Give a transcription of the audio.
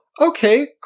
okay